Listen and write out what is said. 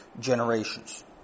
generations